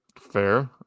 Fair